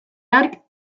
hark